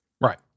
Right